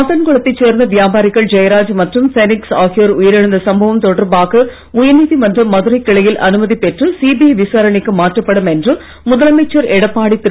சாத்தான்குளத்தைச் சேர்ந்த வியாபாரிகள் ஜெயராஜ் மற்றும் பென்னிக்ஸ் ஆகியோர் உயிரிழந்த சம்பவம் தொடர்பாக உயர்நீதி மன்ற மதுரை கிளையில் அனுமதி பெற்று சிபிஐ விசாரணைக்கு மாற்றப்படும் என்று முதலமைச்சர் எடப்பாடி திரு